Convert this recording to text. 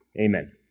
Amen